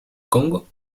congo